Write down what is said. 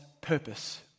purpose